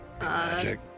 magic